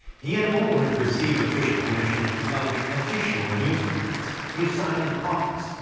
he had already received official permission to publish additional newspapers through silent partners.